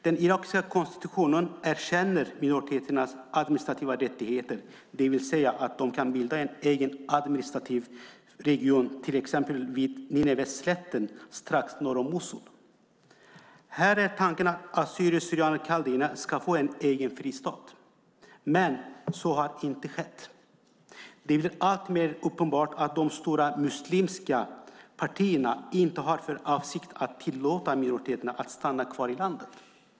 Den irakiska konstitutionen erkänner minoriteternas administrativa rättigheter, det vill säga att de kan bilda en egen administrativ region till exempel vid Nineveslätten strax norr om Mosul. Här är tanken att assyrierna kaldéerna ska få en egen fristat. Men så har inte skett. Det blir alltmer uppenbart att de stora muslimska partierna inte har för avsikt att tillåta minoriteterna att stanna kvar i landet.